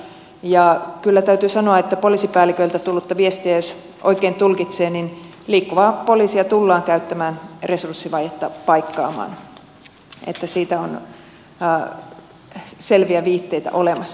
ja kyllä täytyy sanoa että poliisipäälliköiltä tullutta viestiä jos oikein tulkitsee niin liikkuvaa poliisia tullaan käyttämään resurssivajetta paikkaamaan siitä on selviä viitteitä olemassa